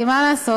כי מה לעשות,